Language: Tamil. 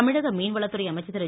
தமிழக மீன்வளத்துறை அமைச்சர் திரு